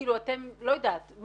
כאילו אתם לא יודעת.